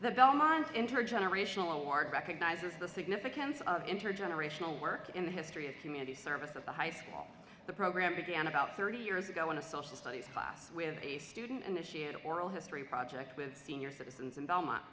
the belmont intergenerational award recognizes the significance of intergenerational work in the history of community service at the high school the program began about thirty years ago when a social studies class with a student initiated oral history project with senior citizens and